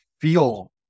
feel